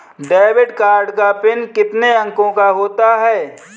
Debit card का PIN कितने अंकों का होता है?